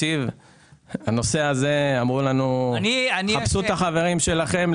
בנושא הזה אמרו לנו: "חפשו את החברים שלכם,